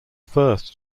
first